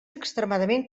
extremament